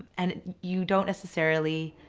and you don't necessarily.